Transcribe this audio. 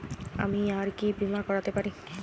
আমি আর কি বীমা করাতে পারি?